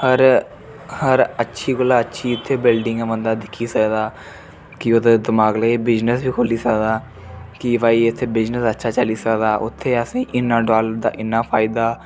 हर हर अच्छी कोला अच्छी इत्थें बिल्डिंगां बंदा दिक्खी सकदा कि ओह्दे दमाक लाइयै बिजनेस बी खोह्ल्ली सकदा कि भई इत्थें बिजनेस अच्छा चली सकदा उत्थें असेंई इन्ना डालर दा इन्ना फायदा